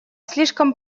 слишком